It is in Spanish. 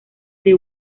the